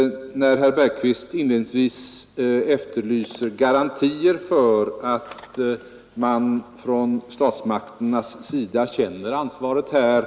Herr Bergqvist efterlyste inledningsvis garantier för att statsmakterna känner ansvaret här.